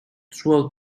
throughout